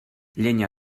llenya